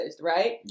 right